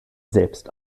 selbst